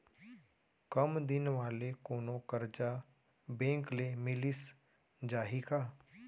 कम दिन वाले कोनो करजा बैंक ले मिलिस जाही का?